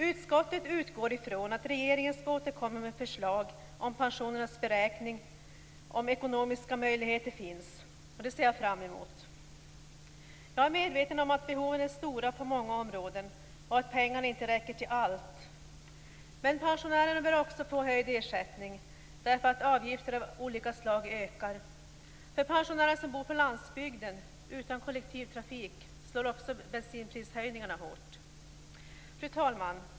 Utskottet utgår från att regeringen skall återkomma med förslag om pensionernas beräkning, om ekonomiska möjligheter finns. Det ser jag fram emot. Jag är medveten om att behoven är stora på många områden och att pengarna inte räcker till allt. Men pensionärerna bör också få höjd ersättning på grund av att avgifter av olika slag ökar. För pensionärer som bor på landsbygden utan kollektivtrafik slår också bensinprishöjningarna hårt. Fru talman!